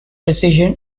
decision